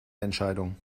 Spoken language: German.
entscheidung